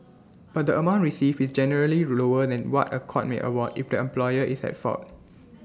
but the amount received is generally lower than what A court may award if the employer is at fault